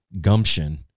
gumption